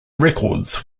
records